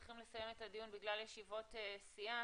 צריכים לסיים את הדיון בגלל ישיבות סיעה.